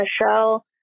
Michelle